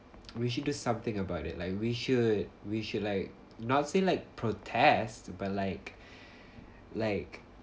we should do something about it like we should we should like not say like protest but like like